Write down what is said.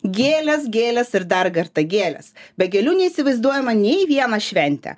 gėles gėles ir dar kartą gėles be gėlių neįsivaizduojama nei viena šventė